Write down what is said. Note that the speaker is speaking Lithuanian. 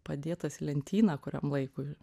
padėtas į lentyną kuriam laikui